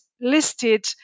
listed